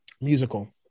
musical